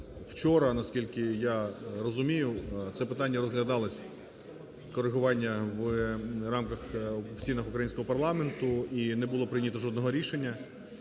Вчора, наскільки я розумію, це питання розглядалось: корегування в рамках… в стінах українського парламенту. І не було прийнято жодного рішення.